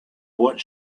what